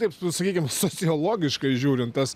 taip su sakykim sociologiškai žiūrint tas